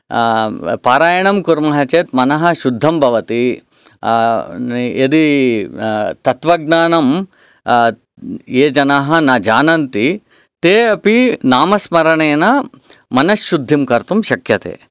पारायणं कुर्मः चेत् मनः शुद्धं भवति यदि तत्त्वज्ञानं ये जनाः न जानन्ति ते अपि नामस्मरणेन मनश्शुद्धिं कर्तुं शक्यन्ते